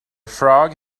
frog